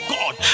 God